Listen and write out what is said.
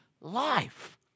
life